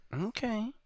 Okay